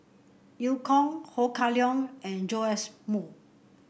Eu Kong Ho Kah Leong and Joash Moo